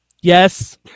yes